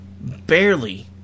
barely